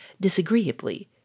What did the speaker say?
disagreeably